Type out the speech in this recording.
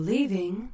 Leaving